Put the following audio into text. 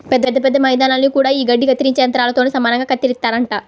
పెద్ద పెద్ద మైదానాల్ని గూడా యీ గడ్డి కత్తిరించే యంత్రాలతోనే సమానంగా కత్తిరిత్తారంట